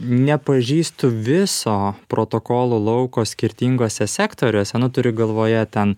nepažįstu viso protokolo lauko skirtinguose sektoriuose nu turiu galvoje ten